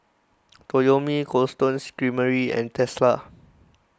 Toyomi Cold Stone Creamery and Tesla